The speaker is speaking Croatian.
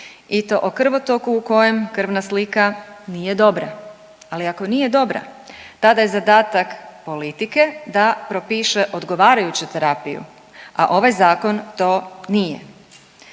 i to o krvotoku u kojem krvna slika nije dobra, ali ako nije dobra tada je zadatak politike da propiše odgovarajuću terapiju, a ovaj zakon to nije.